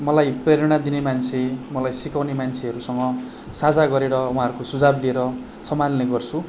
मलाई प्रेरणा दिने मान्छे मलाई सिकाउने मान्छेहरूसँग साझा गरेर उहाँहरूको सुझाव लिएर सम्हाल्ने गर्छु